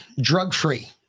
drug-free